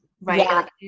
right